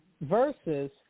versus